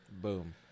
Boom